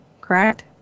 correct